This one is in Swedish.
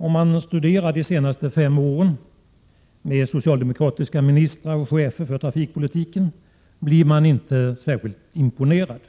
Om man studerar de senaste fem åren med socialdemokratiska ministrar och chefer för trafikpolitiken, blir man inte särskilt imponerad.